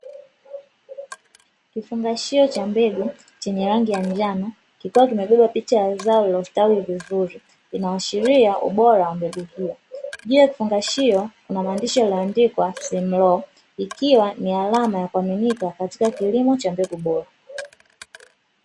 Kifungashio cha mbegu chenye rangi ya njano kikiwa kimebeba picha ya zao lililostawi vizuri, inaashiria ubora wa mbegu hiyo. Juu ya kifungashio kuna maandishi yaliyoandikwa "Simlaw" ikiwa ni alama ya kuaminika katika kilimo cha mbegu bora.